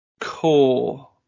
core